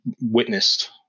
witnessed